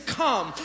come